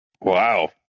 Wow